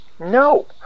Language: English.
No